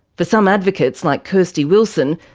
for some advocates, like kairsty wilson,